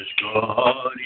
God